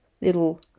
little